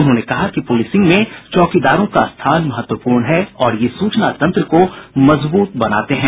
उन्होंने कहा कि पूलिसिंग में चौकीदारों का स्थान महत्वपूर्ण है और ये सूचना तंत्र को मजबूत बनाते हैं